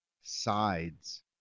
sides